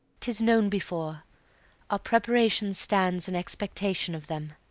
tis known before our preparation stands in expectation of them